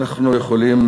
אנחנו יכולים